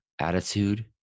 attitude